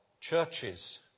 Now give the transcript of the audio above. churches